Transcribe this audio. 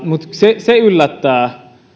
mutta se se yllättää